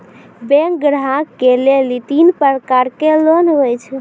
Bank ग्राहक के लेली तीन प्रकर के लोन हुए छै?